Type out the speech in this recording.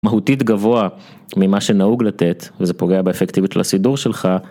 מהותית גבוה ממה שנהוג לתת וזה פוגע באפקטיביות לסידור שלך.